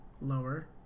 Lower